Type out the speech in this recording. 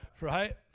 right